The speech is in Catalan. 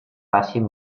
facin